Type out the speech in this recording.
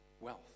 Wealth